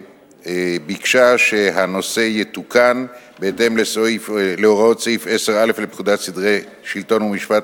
וביקשה שהנושא יתוקן בהתאם להוראות סעיף 10א לפקודת סדרי השלטון והמשפט,